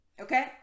Okay